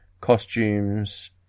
Costumes